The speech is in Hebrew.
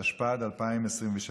התשפ"ד 2023,